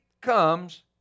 comes